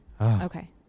Okay